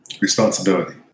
Responsibility